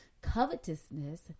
covetousness